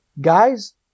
guys